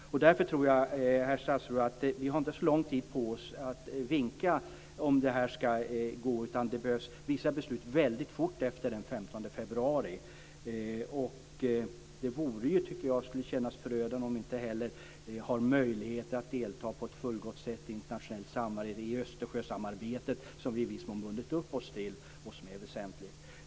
Därför tror jag, herr statsråd, att vi inte har så lång tid att vinka på om det här ska gå, utan vissa beslut behövs väldigt fort efter den 15 februari. Det skulle, tycker jag, kännas förödande om vi inte heller har någon möjlighet att på ett fullgott sätt delta i internationellt samarbete, i Östersjösamarbetet som vi i viss mån bundit upp oss till och som är väsentligt.